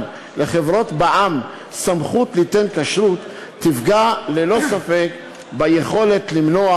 סמכות לחברות בע"מ ליתן כשרות תפגע ללא ספק ביכולת למנוע